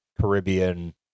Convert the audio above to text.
Caribbean